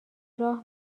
راه